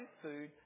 food